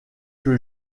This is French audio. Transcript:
que